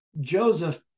Joseph